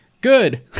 Good